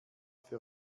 für